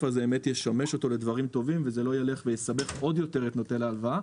הזה ישמש אותו לדברים טובים ושזה לא יסבך עוד יותר את נוטל ההלוואה.